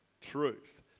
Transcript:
truth